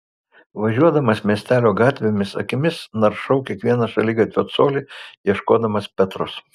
važiuodamas miestelio gatvėmis akimis naršau kiekvieną šaligatvio colį ieškodamas petros